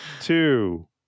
two